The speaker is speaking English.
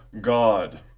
God